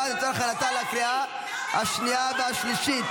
חוק ומשפט לצורך הכנתה לקריאה השנייה והשלישית.